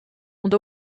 und